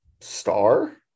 star